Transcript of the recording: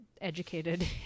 educated